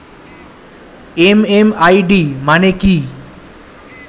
MMID মানে কি?